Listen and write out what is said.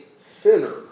sinner